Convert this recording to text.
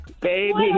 Baby